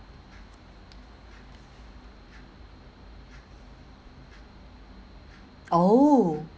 oh